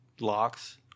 locks